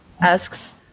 asks